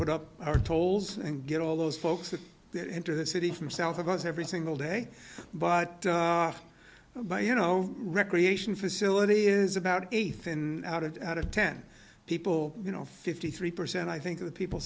put up our tolls and get all those folks into the city from south of us every single day but by you know recreation facility is about a thin out of out of ten people you know fifty three percent i think of the people